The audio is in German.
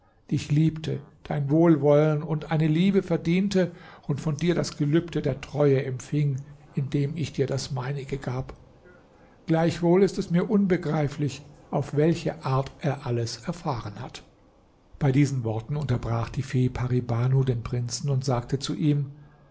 dich liebte dein wohlwollen und eine liebe verdiente und von dir das gelübde der treue empfing indem ich dir das meinige gab gleichwohl ist es mir unbegreiflich auf welche art er alles erfahren hat bei diesen worten unterbrach die fee pari banu den prinzen und sagte zu ihm